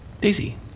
Daisy